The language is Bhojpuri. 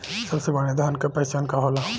सबसे बढ़ियां धान का पहचान का होला?